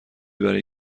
برای